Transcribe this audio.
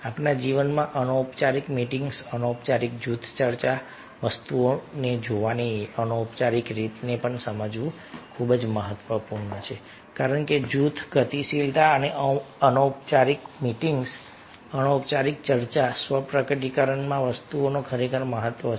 આપણા જીવનમાં અનૌપચારિક મીટિંગ્સ અનૌપચારિક જૂથ ચર્ચા વસ્તુઓને જોવાની અનૌપચારિક રીતને પણ સમજવું ખૂબ જ મહત્વપૂર્ણ છે કારણ કે જૂથ ગતિશીલતા અનૌપચારિક મીટિંગ્સ અનૌપચારિક ચર્ચા સ્વ પ્રકટીકરણમાં આ વસ્તુઓ ખરેખર મહત્વની છે